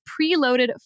preloaded